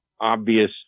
obvious